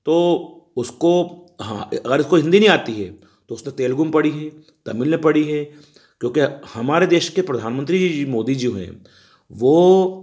तो उसको हाँ अगर उसको हिंदी नहीं आती है तो उसने तेलुगु में पढ़ी है तमिल में पढ़ी है क्योंकि हमारे देश के प्रधानमंत्री जी मोदी जो हैं वह